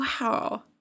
Wow